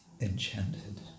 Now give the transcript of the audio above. enchanted